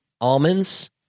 almonds